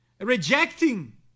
rejecting